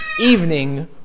evening